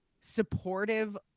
supportive